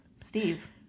Steve